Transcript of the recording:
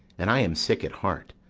and i am sick at heart.